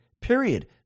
period